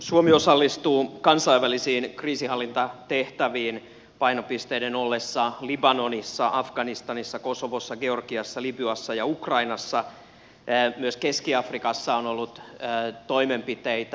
suomi osallistuu kansainvälisiin kriisinhallintatehtäviin painopisteiden ollessa libanonissa afganistanissa kosovossa georgiassa libyassa ja ukrainassa myös keski afrikassa on ollut toimenpiteitä